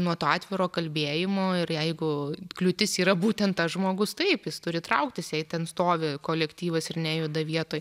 nuo to atviro kalbėjimo ir jeigu kliūtis yra būtent tas žmogus taip jis turi trauktis jei ten stovi kolektyvas ir nejuda vietoj